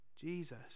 Jesus